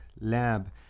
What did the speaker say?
Lab